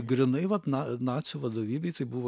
grynai vat na nacių vadovybei tai buvo